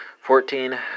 fourteen